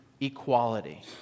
equality